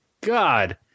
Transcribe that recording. god